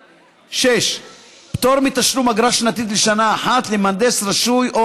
6. פטור מתשלום אגרה שנתית לשנה אחת למהנדס רשוי או